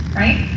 right